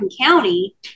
County